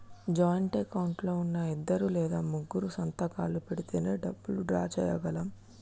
joint account లో ఉన్నా ఇద్దరు లేదా ముగ్గురూ సంతకాలు పెడితేనే డబ్బులు డ్రా చేయగలం